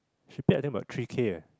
she paid I think about three K ah